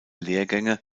lehrgänge